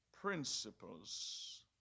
Principles